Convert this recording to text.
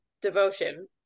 devotion